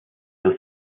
das